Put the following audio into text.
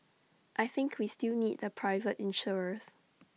I think we still need the private insurers